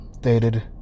Dated